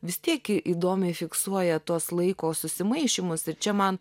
vis tiek įdomiai fiksuoja tuos laiko susimaišymus ir čia man